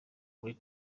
muri